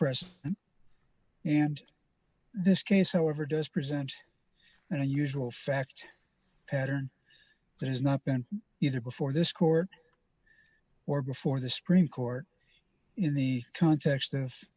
press and this case however does present an unusual fact pattern that has not been used before this court or before the supreme court in the context